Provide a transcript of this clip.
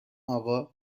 آقا